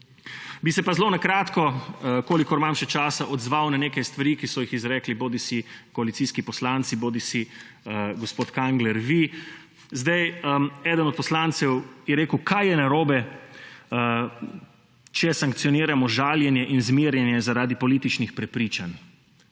Bi se pa zelo na kratko, kolikor imam še časa, odzval na neke stvari, ki so jih izrekli bodisi koalicijski poslanci bodisi, gospod Kangler, vi. Eden od poslancev je rekel, kaj je narobe, če sankcioniramo žaljenje in zmerjanje zaradi političnih prepričanj.